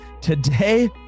today